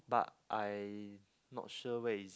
but I not sure where is